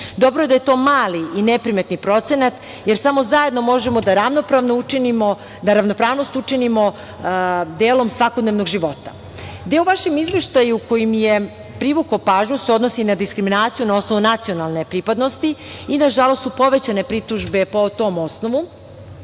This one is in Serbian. Dobro je da je to mali i neprimetni procenat jer samo zajedno možemo da ravnopravnost učinimo delom svakodnevnog života. Deo u vašem izveštaju koji mi je privukao pažnju se odnosi na diskriminaciju na osnovu nacionalne pripadnosti i nažalost su povećane pritužbe po tom osnovu.